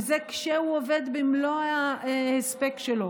וזה כשהוא עובד במלוא ההספק שלו.